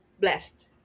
blessed